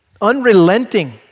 Unrelenting